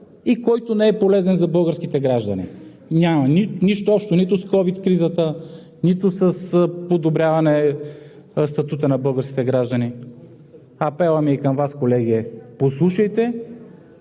и който не е полезен за българските граждани. Няма нищо общо нито с ковид кризата, нито с подобряване статута на българските граждани. Апелът ми към Вас, колеги, е: послушайте,